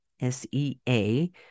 S-E-A